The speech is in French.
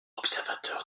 observateur